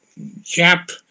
Jap